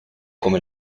come